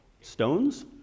stones